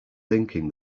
thinking